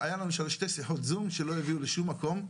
היו לנו שתי שיחות זום שלא הביאו לשום מקום,